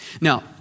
Now